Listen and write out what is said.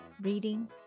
reading